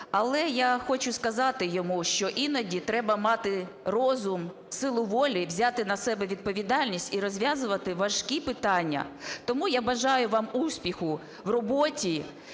Але я хочу сказати йому, що іноді треба мати розум, силу волі взяти на себе відповідальність і розв'язувати важкі питання. Тому я бажаю вам успіху в роботі